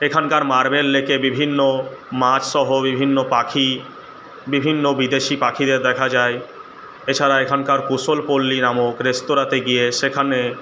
এখানকার মার্বেল লেকে বিভিন্ন মাছসহ বিভিন্ন পাখি বিভিন্ন বিদেশি পাখিদের দেখা যায় এছাড়া এখানকার কুশলপল্লী নামক রেস্তোরাঁতে গিয়ে সেখানে